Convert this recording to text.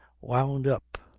wound up,